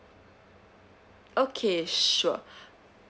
okay sure